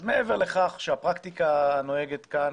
אז מעבר לכך שהפרקטיקה הנוהגת כאן